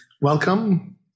Welcome